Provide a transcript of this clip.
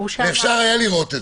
אפשר היה לראות את